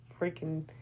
freaking